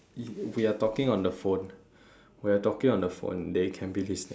we are talking on the phone we are talking on the phone they can be listening